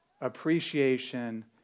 appreciation